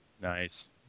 Nice